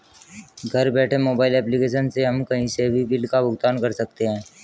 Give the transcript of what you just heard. घर बैठे mobile application से हम कही से भी बिल का भुगतान कर सकते है